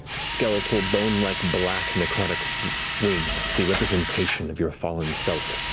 skeletal, bone-like black necrotic wings, the representation of your fallen self